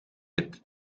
het